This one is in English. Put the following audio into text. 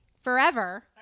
forever